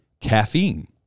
caffeine